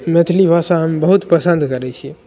मैथिली भाषा हम बहुत पसन्द करै छिए